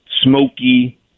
smoky